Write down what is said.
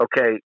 Okay